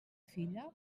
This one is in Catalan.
filla